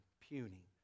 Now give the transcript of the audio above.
puny